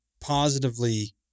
positively